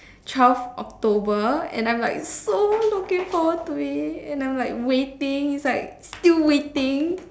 twelve october and I'm like so looking forward to it and I'm like waiting it's like still waiting